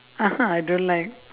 ah ha I don't like